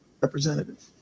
representative